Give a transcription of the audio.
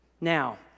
Now